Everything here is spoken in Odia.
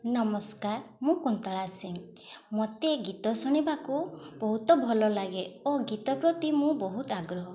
ନମସ୍କାର ମୁଁ କୁନ୍ତଳା ସିଂ ମୋତେ ଗୀତ ଶୁଣିବାକୁ ବହୁତ ଭଲ ଲାଗେ ଓ ଗୀତ ପ୍ରତି ମୁଁ ବହୁତ ଆଗ୍ରହ